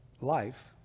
life